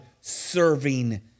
serving